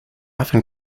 often